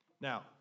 Now